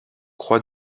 croix